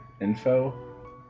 info